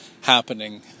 Happening